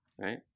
right